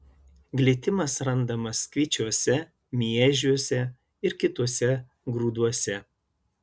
glitimas randamas kviečiuose miežiuose ir kituose grūduose